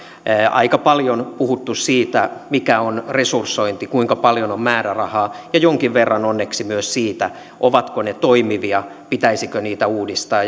aika paljon on puhuttu siitä mikä on resursointi kuinka paljon on määrärahaa ja jonkin verran onneksi myös siitä ovatko ne toimivia pitäisikö niitä uudistaa